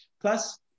Plus